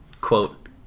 quote